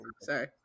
sorry